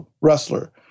wrestler